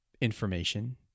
information